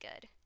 good